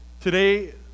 today